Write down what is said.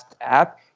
app